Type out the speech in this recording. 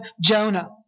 Jonah